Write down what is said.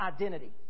identity